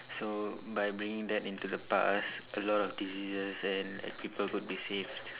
so by bringing that into the past a lot of diseases and people could be saved